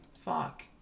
Fuck